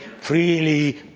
Freely